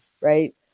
right